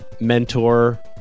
mentor